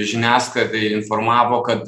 žiniasklaidai informavo kad